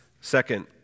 second